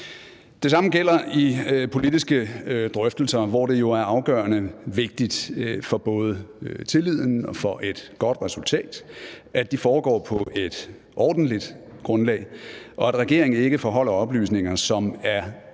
Det samme gælder i politiske drøftelser, hvor det jo er afgørende vigtigt for både tilliden og for et godt resultat, at de foregår på et ordentligt grundlag, og at regeringen ikke forholder os oplysninger, som er